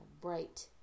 bright